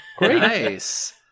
Nice